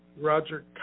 Roger